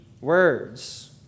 words